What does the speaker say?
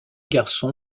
garçon